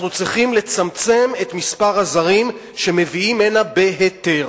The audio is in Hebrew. אנחנו צריכים לצמצם את מספר הזרים שמביאים הנה בהיתר,